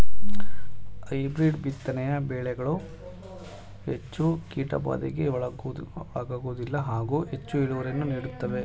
hybrid ಬಿತ್ತನೆಯ ಬೆಳೆಗಳು ಹೆಚ್ಚು ಕೀಟಬಾಧೆಗೆ ಒಳಗಾಗುವುದಿಲ್ಲ ಹಾಗೂ ಹೆಚ್ಚು ಇಳುವರಿಯನ್ನು ನೀಡುತ್ತವೆ